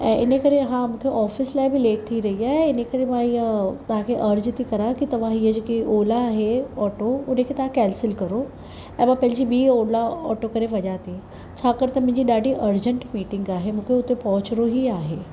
ऐं इनकरे हा मूंखे ऑफ़िस लाइ बि लेट थी रही आहे ऐं हिन करे मां इअं तव्हांखे अर्ज़ु थी करां की तव्हां हीअं जेकी ओला आहे ऑटो हुनखे तव्हां कैंसिल करो ऐं मां पंहिंजी बि ओला ऑटो करे वञां थी छाकाणि त मुंहिंजी ॾाढी अर्जंट मीटिंग आहे मूंखे हुते पहुचणो ई आहे